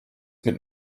mit